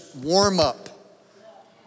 warm-up